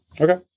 Okay